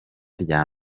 rya